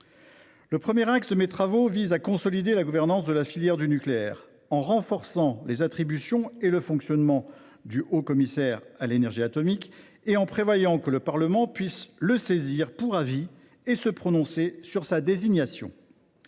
Le premier axe de mes travaux a pour objet de consolider la gouvernance de la filière nucléaire, en renforçant les attributions et le fonctionnement du HCEA et en prévoyant que le Parlement puisse le saisir pour avis et se prononcer sur sa désignation.